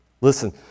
Listen